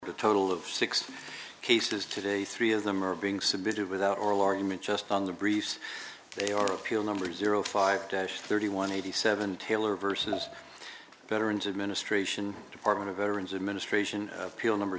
a total of six cases today three of them are being submitted without oral argument just on the briefs they are appeal number zero five dash thirty one eighty seven taylor vs veterans administration department of veterans administration peel number